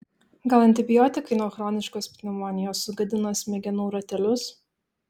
gal antibiotikai nuo chroniškos pneumonijos sugadino smegenų ratelius